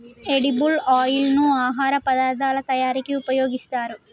edible oil ను ఆహార పదార్ధాల తయారీకి ఉపయోగిస్తారు